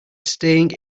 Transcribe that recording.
staying